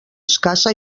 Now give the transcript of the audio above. escassa